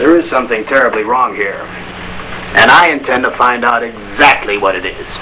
there is something terribly wrong here and i intend to find out is that what it is